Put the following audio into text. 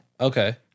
Okay